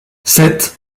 sept